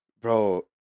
Bro